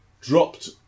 dropped